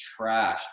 trashed